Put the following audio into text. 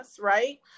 Right